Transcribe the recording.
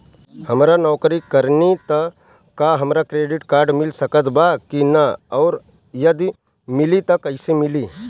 हम नौकरी करेनी त का हमरा क्रेडिट कार्ड मिल सकत बा की न और यदि मिली त कैसे मिली?